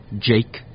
Jake